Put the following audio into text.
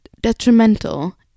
detrimental